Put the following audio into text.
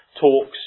talks